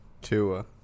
Tua